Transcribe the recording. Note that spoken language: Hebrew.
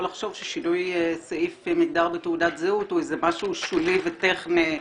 לחשוב ששינוי סעיף מגדר בתעודת זהות הוא איזה משהו שולי וטכני,